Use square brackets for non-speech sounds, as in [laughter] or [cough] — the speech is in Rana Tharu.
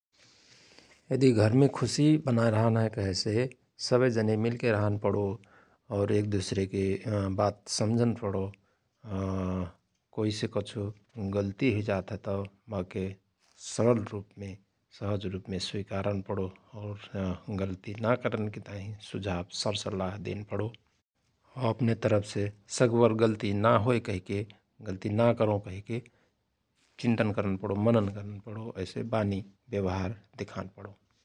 मनै एक परिवारमे रहन बारो सामाजिक प्राणि हय परिवारमे तमान जनै हुईसकत हैं । जैसेकि एैआ, दौआ, दादी, दादो, काकी, कक्कु, फुवा, ददा, भैया, दिदी, बहिनिया, बाउ, बाइ । जहाँ दुईचार जनै होतहयँ हुंआ दुईचार बात फिर हुईजात हयं । और जव कहासुनि होत हयत घारमे मनमुटाव हुईैजात हय, [hesitation] लणाई हुईजात हय, घरमे असान्ती [hesitation] रहत हय, अगर घरमे खुशी लान हय कहेसे एक दुसरेके सम्झन बुझन [hesitation] पणत हए । कहनिया कहत है कि सहेको घर ना सहेको बन । परिवारमे एक दुसरेको बिजरो ना बतकान पणो । दुसरेको दुःखमे अपनो दुःख समखके बो दुःमे साथ देन [hesitation] पणो घरको काम सवय जनै मिलके करन पणो काममे हिर्सा वादी ना करन पणो अपना गल्ती ना करन पणो, दुसरेके क्षमा करन पणो । सव जनै घरको काम हसि खुसिसे करन पणो ।